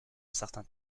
certains